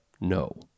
No